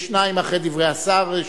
יש שניים אחרי דברי השר,